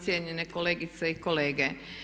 Cjenjene kolegice i kolege.